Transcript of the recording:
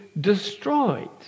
destroyed